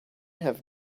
have